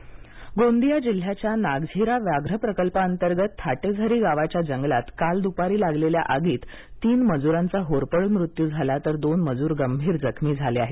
नागझिरा आग गोंदिया गोंदिया जिल्ह्याच्या नागझिरा व्याघ्र प्रकल्पा अंतर्गतील थाटेझरी गावाच्या जंगलात काल दुपारी लागलेल्या आगीत तीन मजुरांचा होरपळुन मृत्यू झाला तर दोन मजूर गंभीर जखमी झाले आहेत